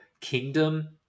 kingdom